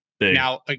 Now